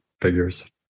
figures